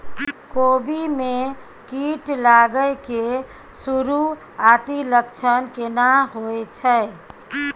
कोबी में कीट लागय के सुरूआती लक्षण केना होय छै